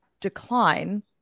decline